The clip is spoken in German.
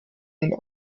den